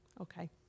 Okay